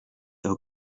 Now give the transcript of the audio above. her